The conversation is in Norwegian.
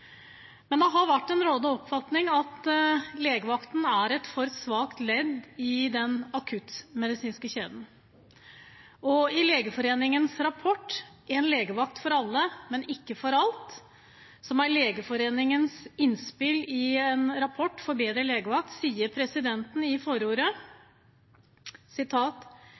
men ikke for alt, som er Legeforeningens innspill i en rapport for bedre legevakt, sier presidenten i